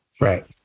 Right